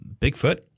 Bigfoot